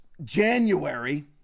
january